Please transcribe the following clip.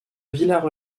villars